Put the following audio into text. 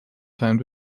time